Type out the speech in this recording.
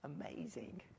amazing